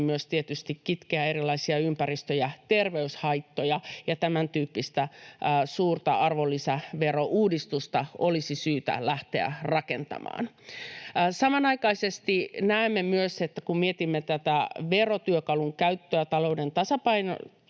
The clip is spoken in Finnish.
myös tietysti kitkeä erilaisia ympäristö- ja terveyshaittoja. Tämän tyyppistä suurta arvonlisäverouudistusta olisi syytä lähteä rakentamaan. Samanaikaisesti näemme myös, että kun mietimme tätä verotyökalun käyttöä talouden tasapainottamisessa,